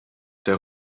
der